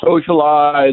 socialize